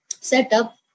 setup